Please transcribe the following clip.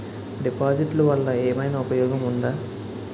డిపాజిట్లు వల్ల ఏమైనా ఉపయోగం ఉందా?